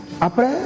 Après